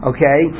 Okay